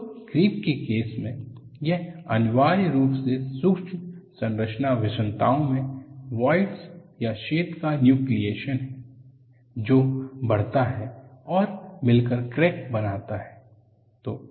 तो क्रीप के केस में यह अनिवार्य रूप से सूक्ष्म संरचना विषमताओं में वॉइडस या छेद का न्यूक्लियेशन है जो बढ़ता है और मिल कर क्रैक बनाता है